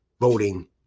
voting